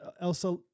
Elsa